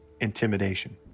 Intimidation